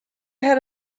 had